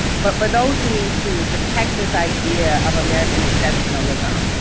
but for those who need to protect this idea of american exceptionalism,